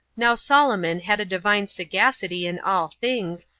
now solomon had a divine sagacity in all things,